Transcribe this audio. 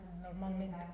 normalmente